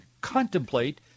contemplate